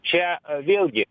čia vėlgi